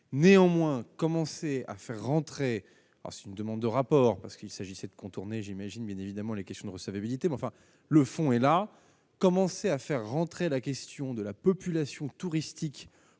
a commencé à faire rentrer la question de la population touristique